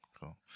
cool